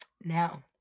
Now